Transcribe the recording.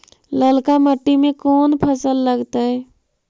ललका मट्टी में कोन फ़सल लगतै?